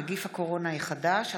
נגיף הקורונה החדש),